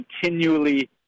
continually